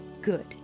good